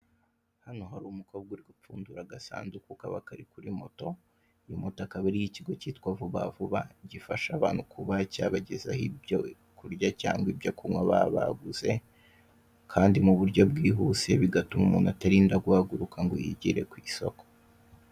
Hano hari umukobwa uri gupfundura agasanduku kaba kari kuri moto, iyo moto akaba ari iy'ikigo kitwa vubavuba gifasha abantu kuba cyabagezaho ibyo kurya cyangwa kunywa baba baguze kandi mu buryo bwihuse bigatuma umuntu atarinda guhaguruka ngo yigire ku isoko.